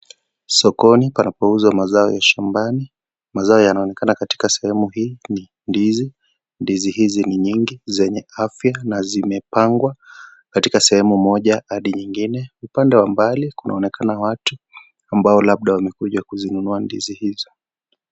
Sokoni panapouza mazao ya shambani, mazao yanaonekana katika sehemu hii ni ndizi. Ndizi hizi nyingi zenye afya na zimepangwa katika sehemu moja hadi nyingine. Upande mwingine kunaonekana watu ambao labda wamekuja kuzinunua ndizi hizo.